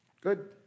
Good